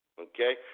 Okay